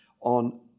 on